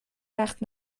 وقت